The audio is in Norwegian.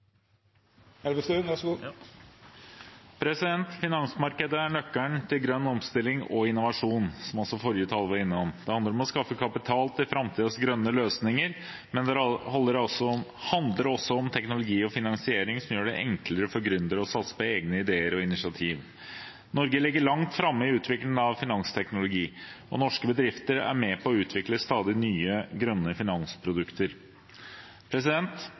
typen prosjekter. Så med dette tar jeg opp forslaget fra SV og Rødt. Representanten Kari Elisabeth Kaski har teke opp det forslaget ho refererte til. Finansmarkedet er nøkkelen til grønn omstilling og innovasjon, som også forrige taler var innom. Det handler om å skaffe kapital til framtidens grønne løsninger, men det handler også om teknologi og finansiering som gjør det enklere for gründere å satse på egne ideer og initiativ. Norge ligger langt framme i utviklingen av finansteknologi. Norske bedrifter er med på å utvikle stadig